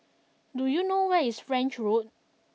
do you know where is French Road